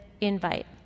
invite